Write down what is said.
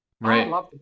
Right